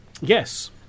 Yes